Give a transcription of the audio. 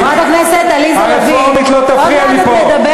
חברת הכנסת עליזה לביא, הרפורמית לא תפריע לי פה.